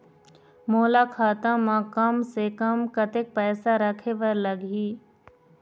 मोला खाता म कम से कम कतेक पैसा रखे बर लगही?